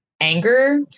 anger